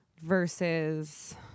versus